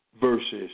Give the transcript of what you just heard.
versus